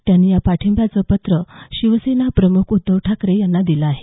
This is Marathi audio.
त्यांनी या पाठिंब्याचं पत्र शिवसेना प्रमुख उद्धव ठाकरे यांना दिलं आहे